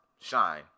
shine